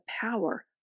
power